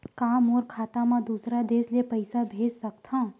का मोर खाता म दूसरा देश ले पईसा भेज सकथव?